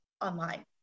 online